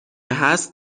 هست